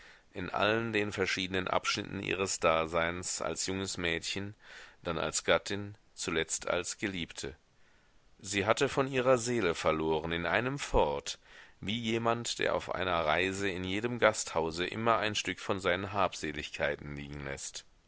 in allen den verschiedenen abschnitten ihres daseins als junges mädchen dann als gattin zuletzt als geliebte sie hatte von ihrer seele verloren in einem fort wie jemand der auf einer reise in jedem gasthause immer ein stück von seinen habseligkeiten liegen läßt